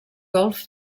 golf